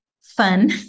fun